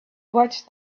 watched